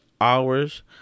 hours